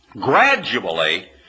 gradually